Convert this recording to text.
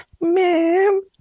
Ma'am